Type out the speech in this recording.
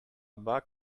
bug